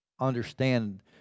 understand